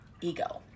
Ego